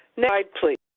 next slide, please.